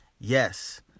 Yes